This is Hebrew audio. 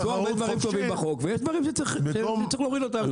הם עשו הרבה דברים טובים בחוק ויש דברים שצריך להוריד אותם.